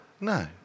No